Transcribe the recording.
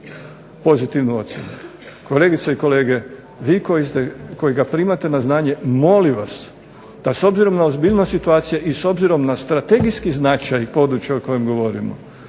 pozitivnu ocjenu. Kolegice i kolege, vi koji ga primate na znanje molim vas da s obzirom na ozbiljnost situacije i s obzirom na strategijski značaj područja o kojem govorimo